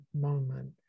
moment